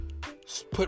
put